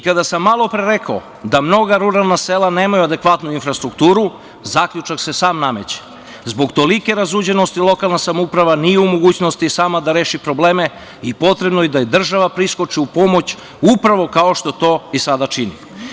Kada sam malopre rekao da mnoga ruralna sela nemaju adekvatnu infrastrukturu, zaključak se sam nameće, zbog tolike razuđenosti lokalna samouprava nije u mogućnosti sama da reši probleme i potrebno je da država priskoči u pomoć upravo kao što to i sada čini.